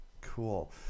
Cool